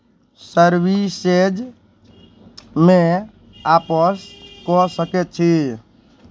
सर्विसेजमे आपस कऽ सकै छी